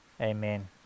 amen